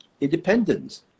independence